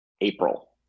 April